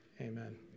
Amen